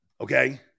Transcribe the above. okay